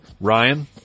Ryan